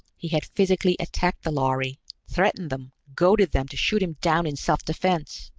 he had physically attacked the lhari threatened them, goaded them to shoot him down in self-defense!